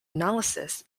analysis